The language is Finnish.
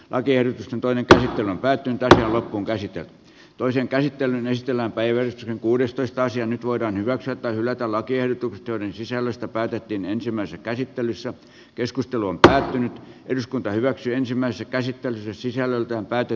aker toimitaan sitten päätin työ on käsityö toisen käsittelyn ystävänpäivä on kuudestoista sija nyt voidaan hyväksyä tai hylätä lakiehdotukset joiden sisällöstä päätettiin ensimmäisessä käsittelyssä keskustelua tänään eduskunta hyväksyi ensimmäisen käsittelyn sisällöltään pääty